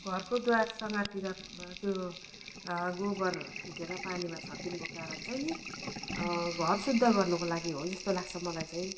घरको द्वारसङ्घारतिर त्यो गोबर फिटेर पानीमा छम्किनुको कारण चाहिँ नि घर शुद्ध गर्नुको लागि हो जस्तो लाग्छ मलाई चाहिँ